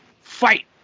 fight